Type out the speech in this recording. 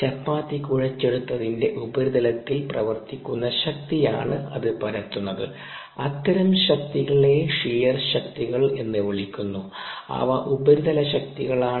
ചപ്പാത്തി കുഴച്ചെടുത്തതിന്റെ ഉപരിതലത്തിൽ പ്രവർത്തിക്കുന്ന ശക്തിയാണ് അത് പരത്തുന്നത് അത്തരം ശക്തികളെ ഷിയർ ശക്തികൾ എന്ന് വിളിക്കുന്നു അവ ഉപരിതല ശക്തികളാണ്